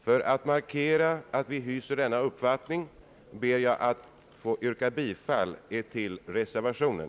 För att markera att vi hyser denna uppfattning ber jag herr talman att få yrka bifall till reservationen.